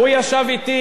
אתה לא היית שם,